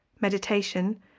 meditation